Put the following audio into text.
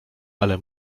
ale